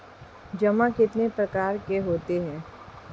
जमा कितने प्रकार के होते हैं?